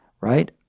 right